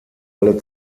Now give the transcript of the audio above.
alle